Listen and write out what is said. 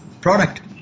product